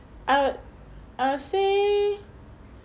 I would I would say